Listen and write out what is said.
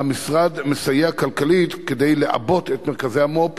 על כך המשרד מסייע כלכלית כדי לעבות את מרכזי המו"פ